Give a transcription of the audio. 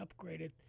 upgraded